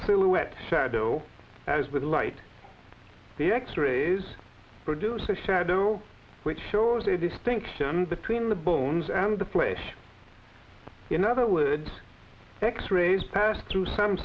silhouette shadow as with a light the x rays produce a shadow which shows a distinction between the bones and the flesh in other words x rays pass through some